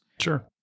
Sure